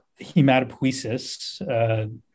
hematopoiesis